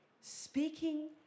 speaking